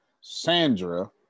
Sandra